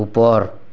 ଉପର